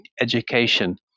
education